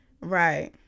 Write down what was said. Right